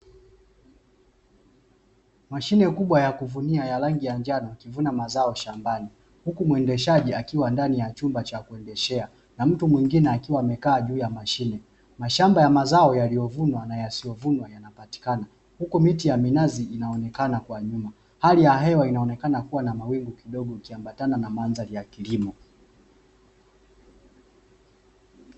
Mashine kubwa ya kuvunia ya rangi ya njano ikivuna mazao shambani, huku mwendeshaji akiwa ndani ya chumba cha kuendeshea na mtu mwingine akiwa amekaa juu ya mashine. Mashamba ya mazao yaliyovunwa na yasiyovunwa yanapatikana, huku miti ya minazi inaonekana kwa nyuma, hali ya hewa inaonekana kuwa na mawingu kidogo ikiambatana na mandhari ya kilimo.